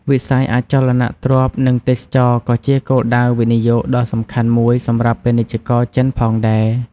វិស័យអចលនទ្រព្យនិងទេសចរណ៍ក៏ជាគោលដៅវិនិយោគដ៏សំខាន់មួយសម្រាប់ពាណិជ្ជករចិនផងដែរ។